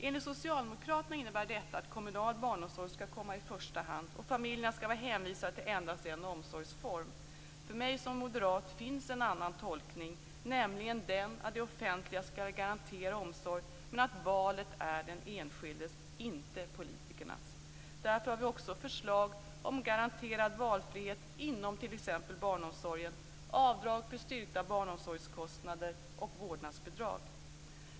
Enligt socialdemokraterna innebär detta att kommunal barnomsorg skall komma i första hand och familjerna skall vara hänvisade till endast en omsorgsform. För mig som moderat finns en annan tolkning, nämligen den att det offentliga skall garantera omsorg men att valet är den enskildes, inte politikernas. Därför har vi också förslag om garanterad valfrihet inom t.ex. barnomsorgen, avdrag för styrkta barnomsorgskostnader och vårdnadsbidrag.